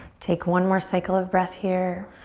take one more cycle of breath here.